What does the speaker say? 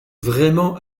vraiment